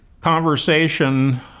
conversation